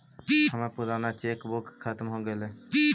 हमर पूराना cheque book खत्म हो गईल